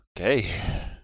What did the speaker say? okay